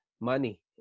money